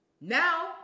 now